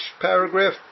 paragraph